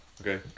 Okay